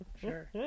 sure